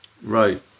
Right